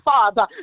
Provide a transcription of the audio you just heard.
Father